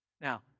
Now